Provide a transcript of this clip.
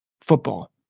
football